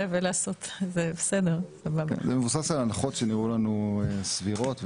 זה מבוסס על הנחות שנראו לנו סבירות והגיוניות,